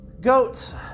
goats